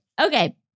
Okay